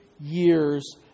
years